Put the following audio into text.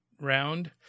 round